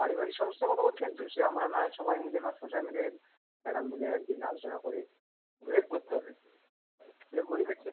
পারিবারিক সমস্যার কথা বলছেন তো সে আমরা নয় সবাই মিলে মাস্টারমশাই মিলে একটা মিলে এক দিন আলোচনা করে ওকে হেল্প করতে হবে গরিবের ছেলে